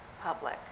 public